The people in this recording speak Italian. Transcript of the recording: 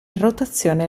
rotazione